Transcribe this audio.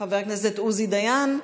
חבר הכנסת עוזי דיין,